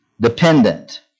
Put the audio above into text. dependent